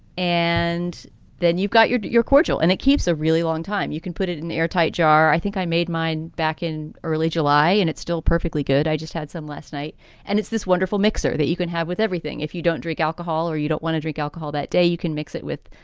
and then you've got your your caudill and it keeps a really long time. you can put it in an airtight jar. i think i made mine back in early july and it's still perfectly good. i just had some last night and it's this wonderful mixer that you can have with everything. if you don't drink alcohol or you don't want to drink alcohol that day, you can mix it with,